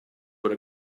what